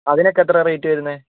അതിനോക്കെ എത്രയാണ് റേറ്റ് വരുന്നത്